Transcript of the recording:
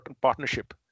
partnership